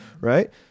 right